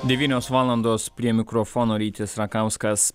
devynios valandos prie mikrofono rytis rakauskas